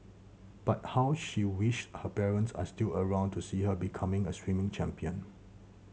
but how she wished her parents are still around to see her becoming a swimming champion